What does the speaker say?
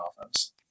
offense